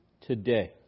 today